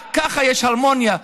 רק כך יש הרמוניה.